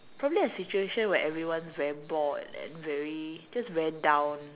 probably a situation where everyone's very bored and very just very down